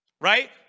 Right